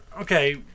okay